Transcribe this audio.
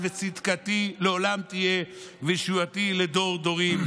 וצדקתי לעולם תהיה וישועתי לדור דורים".